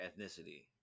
ethnicity